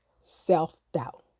self-doubt